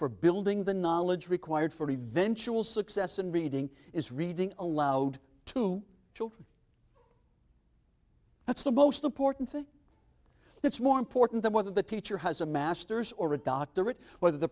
for building the knowledge required for eventual success in reading is reading aloud to children that's the most important thing that's more important than whether the teacher has a masters or a doctorate whether the